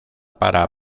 para